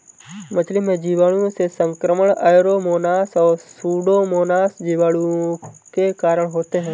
मछली में जीवाणुओं से संक्रमण ऐरोमोनास और सुडोमोनास जीवाणु के कारण होते हैं